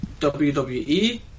WWE